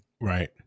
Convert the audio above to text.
right